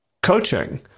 coaching